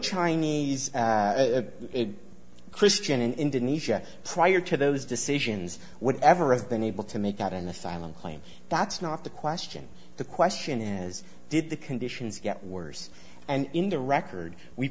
chinese christian in indonesia prior to those decisions whatever i've been able to make out an asylum claim that's not the question the question as did the conditions get worse and in the record we